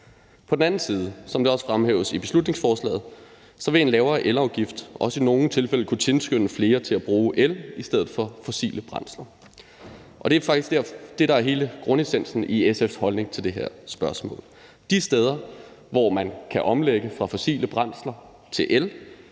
På den anden side, som det også fremhæves i beslutningsforslaget, vil en lavere elafgift også i nogle tilfælde kunne tilskynde flere til at bruge el i stedet for fossile brændsler, og det er faktisk det, der er hele grundessensen i SF's holdning til det her spørgsmål. De steder, hvor man kan omlægge fra fossile brændsler til el